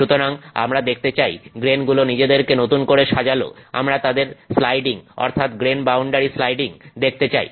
সুতরাং আমরা দেখতে চাই গ্রেনগুলো নিজেদেরকে নতুন করে সাজালো আমরা তাদের স্লাইডিং অর্থাৎ গ্রেন বাউন্ডারি স্লাইডিং দেখতে চাই